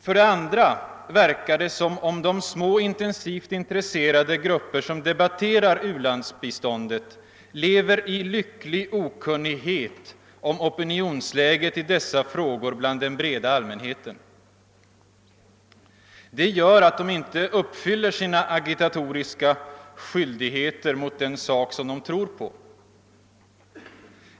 För det andra verkar det som om de små intensivt intresserade grupper som debatterar u-landsbiståndet lever i lycklig okunnighet om opinionsläget i dessa frågor bland den breda allmänheten. Det gör att de inte uppfyller sina agitatoriska skyldigheter mot den sak som de tror på.